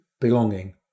belonging